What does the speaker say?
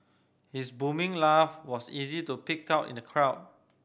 his booming laugh was easy to pick out in the crowd